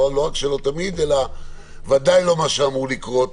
או לא רק שלא תמיד אלא ודאי לא מה שאמור לקרות